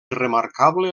remarcable